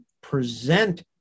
present